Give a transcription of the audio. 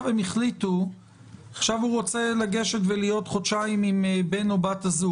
הוא רוצה להיות חודשיים עם בן או בת הזוג.